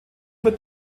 wird